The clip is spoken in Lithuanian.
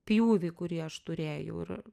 pjūvį kurį aš turėjau ir